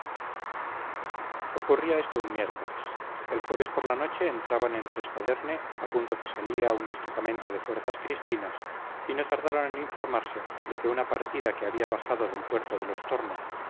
ocurría esto un miércoles el jueves por la noche entraban en trespaderne a punto que salía un destacamento de fuerzas cristinas y no tardaron en informarse de que una partida que había bajado del puerto de los tornos